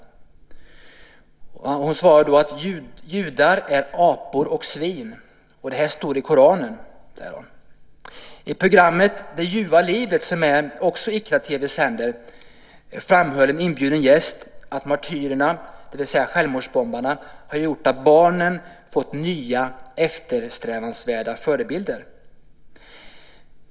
Hon svarade då att judar är apor och svin. Det står i Koranen, sade hon. I programmet Det ljuva livet, som Iqraa-TV också sänder, framhöll en inbjuden gäst att martyrerna, det vill säga självmordsbombarna, har gjort att barnen fått nya eftersträvansvärda förebilder.